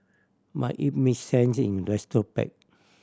but it make sense in retrospect